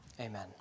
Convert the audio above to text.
amen